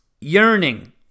Yearning